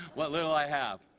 what little i have.